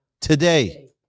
Today